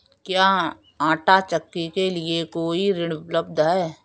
क्या आंटा चक्की के लिए कोई ऋण उपलब्ध है?